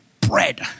bread